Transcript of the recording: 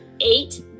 eight